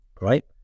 right